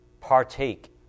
partake